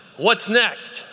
what's next?